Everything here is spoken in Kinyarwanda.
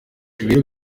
rero